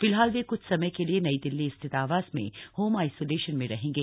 फिलहाल वे क्छ समय के लिये नई दिल्ली स्थित आवास में होम आइसोलेशन में रहेंगे